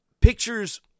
pictures